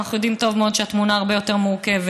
אנחנו יודעים טוב מאוד שהתמונה הרבה יותר מורכבת.